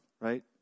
right